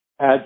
add